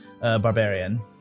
barbarian